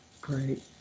Great